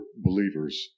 believers